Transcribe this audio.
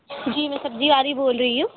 جی میں سبزی والی بول رہی ہوں